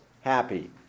happy